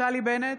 נפתלי בנט,